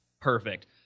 Perfect